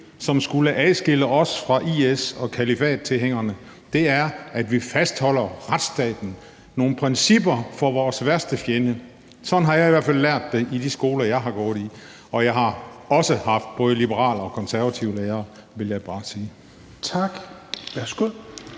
som skulle adskille os fra IS og kalifattilhængerne, nemlig at vi fastholder retsstaten og principper for vores værste fjende. Sådan har jeg i hvert fald lært det i de skoler, jeg har gået i, og jeg har også haft både liberale og konservative lærere, vil jeg bare sige. Kl. 22:28